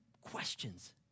questions